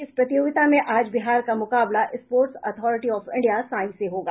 इस प्रतियोगिता में आज बिहार का मुकाबला sports authority of India SAI से होगा